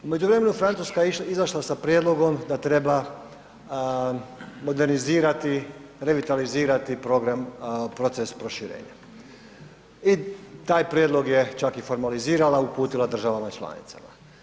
U međuvremenu, Francuska je izašla sa prijedlogom da treba modernizirati, revitalizirati program proces proširenja i taj prijedlog je čak i formalizirala, uputila državama članicama.